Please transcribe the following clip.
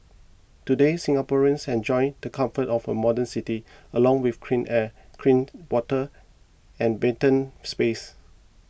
today Singaporeans enjoy the comforts of a modern city along with clean air clean water and verdant spaces